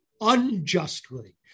unjustly